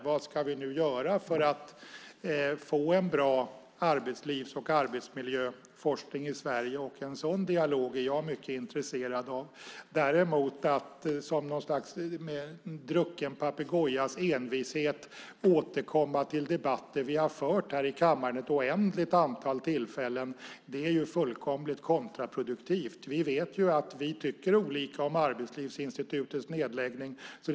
Vad ska vi göra för att få en bra arbetslivs och arbetsmiljöforskning i Sverige? En sådan dialog är jag mycket intresserad av. Men att däremot med något slags drucken papegojas envishet återkomma till debatter vi har fört i kammaren vid ett oändligt antal tillfällen är fullkomligt kontraproduktivt. Vi vet att vi tycker olika om nedläggningen av Arbetslivsinstitutet.